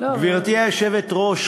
גברתי היושבת-ראש,